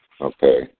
Okay